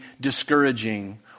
discouraging